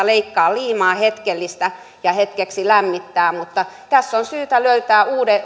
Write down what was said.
leikkaa liimaa hetkellistä ja hetkeksi lämmittää mutta tässä on syytä löytää